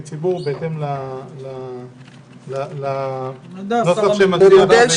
ציבור בהתאם לנוסח שמציע חבר הכנסת קריב.